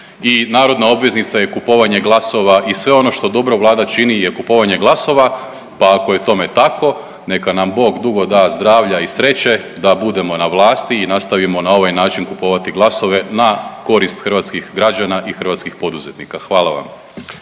i narodna obveznica je kupovanje glasova i sve ono što dobro Vlada čini je kupovanje glasova. Pa ako je tome tako neka nam Bog dugo da zdravlja i sreće da budemo na vlasti i nastavimo na ovaj način kupovati glasove na korist hrvatskih građana i hrvatskih poduzetnika. Hvala vam.